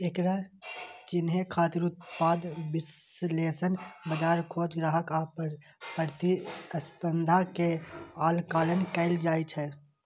एकरा चिन्है खातिर उत्पाद विश्लेषण, बाजार खोज, ग्राहक आ प्रतिस्पर्धा के आकलन कैल जाइ छै